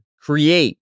create